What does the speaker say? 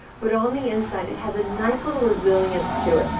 but on the inside, it has a nice little resilience to it.